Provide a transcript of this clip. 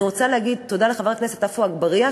אני רוצה להגיד תודה לחבר הכנסת עפו אגבאריה,